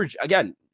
again